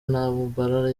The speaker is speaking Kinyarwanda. ntambara